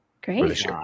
Great